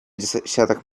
десяток